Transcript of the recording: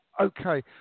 Okay